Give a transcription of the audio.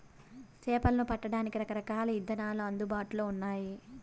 చేపలను పట్టడానికి రకరకాల ఇదానాలు అందుబాటులో ఉన్నయి